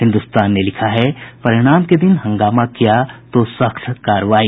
हिन्दुस्तान ने लिखा है परिणाम के दिन हंगामा किया तो सख्त कार्रवाई